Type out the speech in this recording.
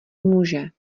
může